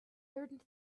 learned